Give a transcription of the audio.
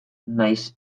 nahiz